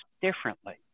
differently